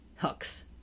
Hooks